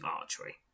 archery